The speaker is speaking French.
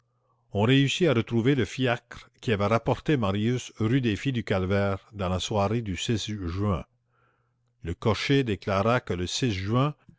on réussit à retrouver le fiacre qui avait rapporté marius rue des filles du calvaire dans la soirée du juin le cocher déclara que le juin